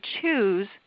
choose